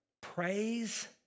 praise